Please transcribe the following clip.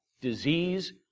disease